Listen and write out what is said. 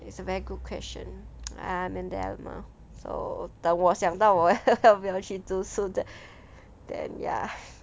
it's a very good question I'm in dilemma so 等我想到我不要去读书 then then ya